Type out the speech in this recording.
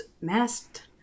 masked